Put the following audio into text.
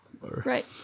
Right